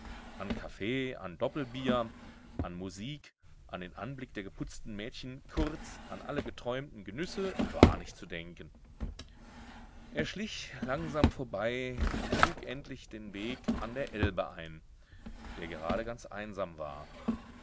an kaffee an doppelbier an musik an den anblick der geputzten mädchen kurz an alle geträumten genüsse war nicht zu denken er schlich langsam vorbei und schlug endlich den weg an der elbe ein der gerade ganz einsam war